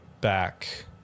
back